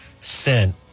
sent